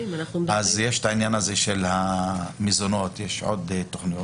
יש את העניין של המזונות ויש עוד תכניות